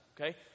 okay